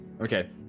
Okay